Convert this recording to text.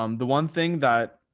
um the one thing that